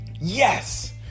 Yes